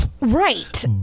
right